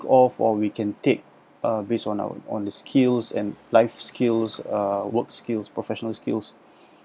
all for we can take uh based on our on the skills and life skills uh work skills professional skills